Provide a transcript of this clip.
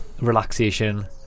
relaxation